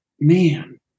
man